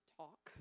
talk